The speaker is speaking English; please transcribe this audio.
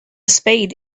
spade